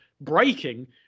breaking